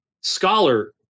scholar